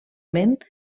ment